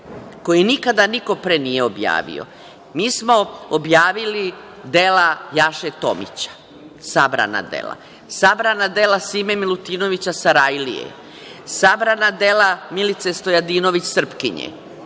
koje nikada niko pre nije objavio. Mi smo objavili dela Jaše Tomića, sabrana dela, sabrana dela Sime Milutinovića Sarajlije, sabrana dela Milica Stojadinović Srpkinje,